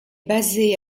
basée